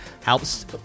helps